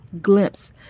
Glimpse